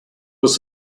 was